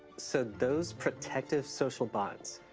so, those protective social bonds